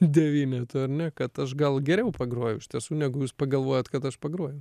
devynetu ar ne kad aš gal geriau pagrojau iš tiesų negu jūs pagalvojot kad aš pagrojau